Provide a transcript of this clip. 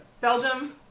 Belgium